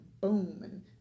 boom